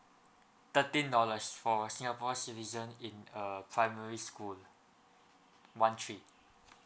thirteen dollars for singapore citizen in a primary school one three